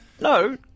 no